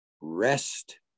rest